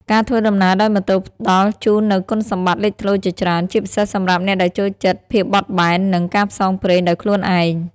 ការធ្វើដំណើរដោយម៉ូតូផ្ដល់ជូននូវគុណសម្បត្តិលេចធ្លោជាច្រើន ជាពិសេសសម្រាប់អ្នកដែលចូលចិត្តភាពបត់បែន និងការផ្សងព្រេងដោយខ្លួនឯង។